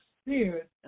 spirit